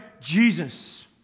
Jesus